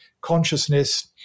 consciousness